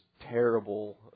terrible